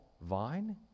vine